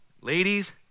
ladies